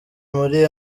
muri